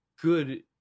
good